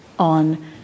on